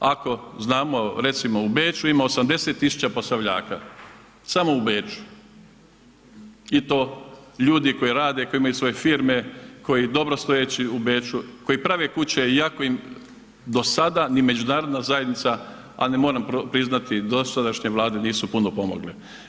Ako znamo, recimo u Beču ima 80 tisuća Posavljaka, samo u Beču i to ljudi koji rade, koji imaju svoje firme, koji, dobrostojeći u Beču, koji prave kuće iako im do sada ni Međunarodna zajednica a ni, moram priznati dosadašnje Vlade nisu puno pomogle.